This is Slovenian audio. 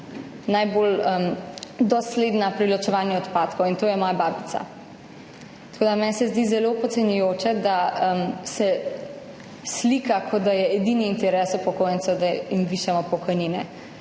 najbolj je dosledna pri ločevanju odpadkov, to je moja babica. Meni se zato zdi zelo podcenjujoče, da se slika, kot da je edini interes upokojencev, da jim višamo pokojnine.